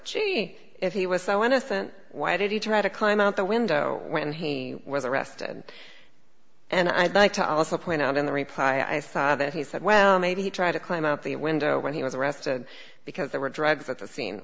was if he was so innocent why did he try to climb out the window when he was arrested and i'd like to also point out in the reply i saw that he said well maybe try to climb out the window when he was arrested because there were drugs at the scene